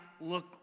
look